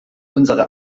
unsere